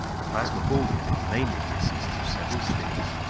the plasma ball unit mainly consists of several spheres,